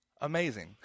amazing